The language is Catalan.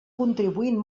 contribuint